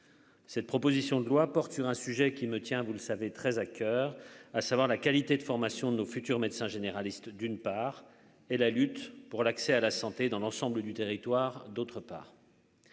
Cette proposition de loi porte sur un sujet qui me tient, vous le savez très à coeur, à savoir la qualité de formation de nos futurs médecins généralistes, d'une part et la lutte pour l'accès à la santé dans l'ensemble du territoire, d'autre part.